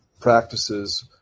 practices